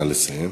נא לסיים.